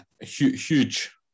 huge